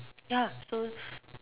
ya so